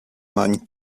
nań